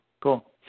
Cool